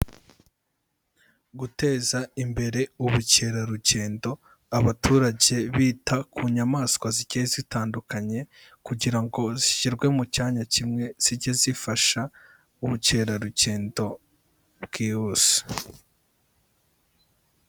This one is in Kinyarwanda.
Guteza imbere ubukerarugendo, abaturage bita ku nyamaswa zigiye zitandukanye kugira ngo zishyirwe mu cyanya kimwe zijye zifasha ubukerarugendo bwihuse.